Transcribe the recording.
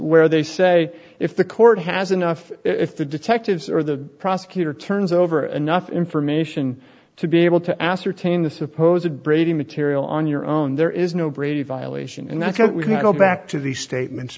where they say if the court has enough if the detectives or the prosecutor turns over anough information to be able to ascertain the supposedly brady material on your own there is no brady violation and i think we can go back to these statements